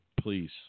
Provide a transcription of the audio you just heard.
please